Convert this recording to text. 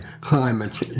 climate